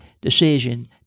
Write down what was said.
decision